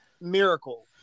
Miracle